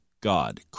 God